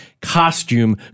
costume